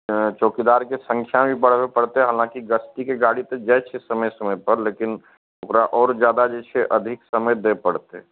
चौकीदारके सँख्या भी बढ़बै पड़तै हालाँकि गस्तीके गाड़ी तऽ जाइ छै समय समयपर लेकिन ओकरा आओर जादा जे छै अधिक समय दै पड़तै